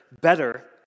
better